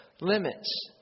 limits